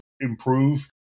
improve